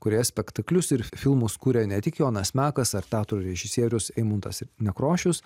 kurioje spektaklius ir filmus kuria ne tik jonas mekas ar teatro režisierius eimuntas nekrošius